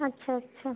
আচ্ছা আচ্ছা